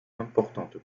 importante